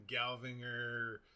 Galvinger